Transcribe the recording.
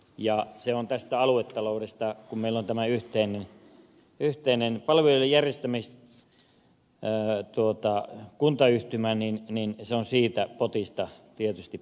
kun meillä on tämä yhteinen palvelujen järjestämiskuntayhtymä se on siitä aluetalouden potista pois